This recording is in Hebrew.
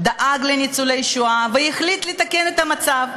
דאג לניצולי השואה והחליט לתקן את המצב.